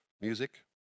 Music